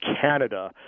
Canada